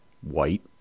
white